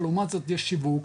לעומת זאת יש שיווק,